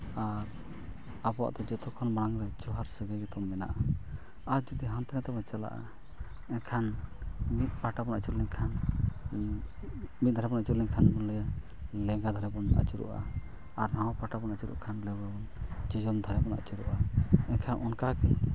ᱟᱨ ᱟᱵᱚᱣᱟᱜ ᱫᱚ ᱡᱚᱛᱚ ᱠᱷᱚᱱ ᱢᱟᱲᱟᱝᱨᱮ ᱡᱚᱦᱟᱨ ᱥᱟᱹᱜᱟᱹᱭᱜᱮ ᱛᱟᱵᱚ ᱢᱮᱱᱟᱜᱼᱟ ᱟᱨ ᱡᱩᱫᱤ ᱦᱟᱱᱛᱮᱼᱱᱷᱟᱛᱮ ᱵᱚᱱ ᱪᱟᱞᱟᱜᱼᱟ ᱮᱱᱠᱷᱟᱱ ᱢᱤᱫ ᱯᱟᱦᱴᱟ ᱵᱚᱱ ᱟᱹᱪᱩᱨ ᱞᱮᱱᱠᱷᱟᱱ ᱢᱤᱫ ᱫᱷᱟᱨᱟᱵᱚᱱ ᱟᱹᱪᱩᱨ ᱞᱮᱱᱠᱷᱟᱱ ᱚᱸᱰᱮ ᱞᱮᱸᱜᱟ ᱫᱷᱟᱨᱮ ᱵᱚᱱ ᱟᱹᱪᱩᱨᱚᱜᱼᱟ ᱟᱨ ᱱᱚᱣᱟ ᱯᱟᱦᱴᱟ ᱵᱚᱱ ᱟᱹᱪᱩᱨᱚᱜ ᱠᱷᱟᱱ ᱫᱚ ᱡᱚᱡᱚᱢ ᱫᱷᱟᱨᱮ ᱵᱚᱱ ᱟᱹᱪᱩᱨᱚᱜᱼᱟ ᱮᱱᱠᱷᱟᱱ ᱚᱱᱠᱟᱜᱮ